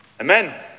Amen